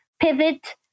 pivot